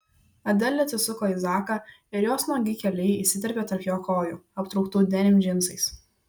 adelė atsisuko į zaką ir jos nuogi keliai įsiterpė tarp jo kojų aptrauktų denim džinsais